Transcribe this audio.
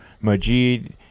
majid